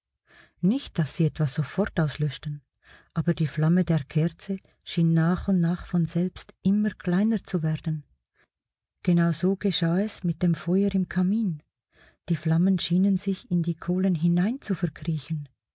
nicht daß sie etwa sofort auslöschten aber die flamme der kerze schien nach und nach von selbst immer kleiner zu werden genau so geschah es mit dem feuer im kamin die flammen schienen sich in die kohlen hinein zu verkriechen